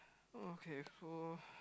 okay so